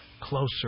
closer